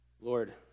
Lord